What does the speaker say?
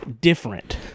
different